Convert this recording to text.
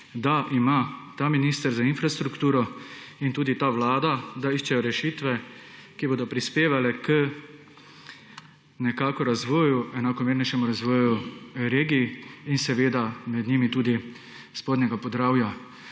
da ima ta minister za infrastrukturo in tudi ta vlada, da iščejo rešitve, ki bodo prispevale k nekako razvoju, enakomernejšemu razvoju regij, in seveda med njimi tudi spodnjega Podravja,